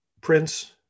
prince